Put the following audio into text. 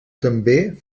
també